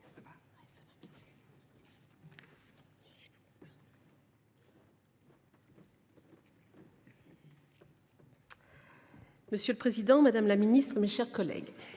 Monsieur le président, madame la ministre, mes chers collègues,